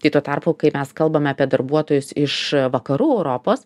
tai tuo tarpu kai mes kalbame apie darbuotojus iš vakarų europos